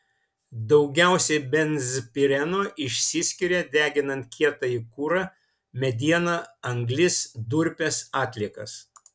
daugiausiai benzpireno išsiskiria deginant kietąjį kurą medieną anglis durpes atliekas